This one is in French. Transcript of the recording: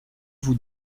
vous